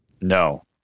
No